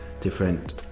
different